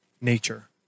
nature